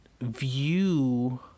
view